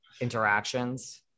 interactions